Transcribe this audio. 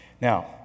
Now